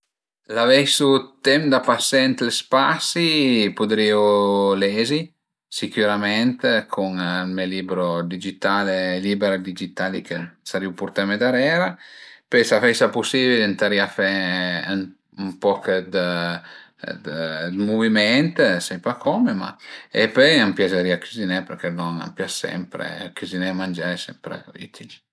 L'aveisu d'temp da pasé ën le spasi pudrìu lezi sicürament cun me libro digitale, liber digital che sarìu purtame darera, pöi s'a föisa pusibil ëntarìa fe ën poch dë dë muviment, sai pa come ma e pöi a m'piazerìa cüziné perché lon a m'pias sempre, cüziné e mangé al e sempre ütil